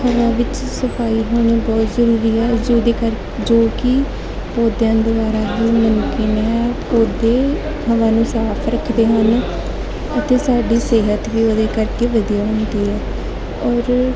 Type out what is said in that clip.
ਹਵਾ ਵਿੱਚ ਸਫਾਈ ਹੋਣੀ ਬਹੁਤ ਜ਼ਰੂਰੀ ਹੈ ਜਿਹਦੇ ਕਰਕੇ ਜੋ ਕਿ ਪੌਦਿਆਂ ਦੁਆਰਾ ਹੀ ਮੁਮਕਿਨ ਹੈ ਪੌਦੇ ਹਵਾ ਨੂੰ ਸਾਫ਼ ਰੱਖਦੇ ਹਨ ਅਤੇ ਸਾਡੀ ਸਿਹਤ ਵੀ ਉਹਦੇ ਕਰਕੇ ਵਧੀਆ ਹੁੰਦੀ ਹੈ ਔਰ